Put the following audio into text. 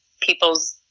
people's